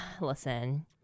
listen